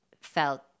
felt